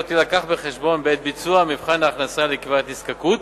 תובא בחשבון בעת ביצוע מבחן הכנסה לקביעת נזקקות